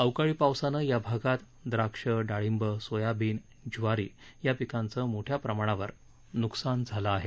अवकाळी पावसानं या भागात द्राक्ष डांळीब सोयाबीन ज्वारी या पिकाचं मोठ्या प्रमाणात नुकसान झालं आहे